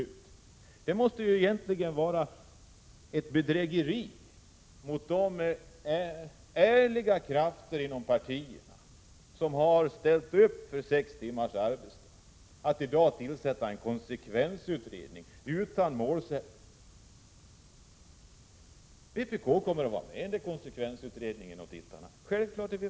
Att i dag tillsätta en konsekvensutredning utan målsättning måste egentligen vara ett bedrägeri mot de ärliga krafter inom partierna som har ställt upp för sex timmars arbetsdag. Vpk kommer självfallet att vara med i denna konsekvensutredning.